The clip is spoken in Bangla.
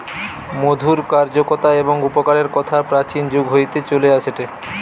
মধুর কার্যকতা এবং উপকারের কথা প্রাচীন যুগ হইতে চলে আসেটে